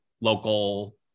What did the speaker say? local